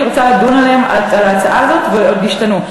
רוצה לדון עליהם בהצעה הזאת והם עוד ישתנו.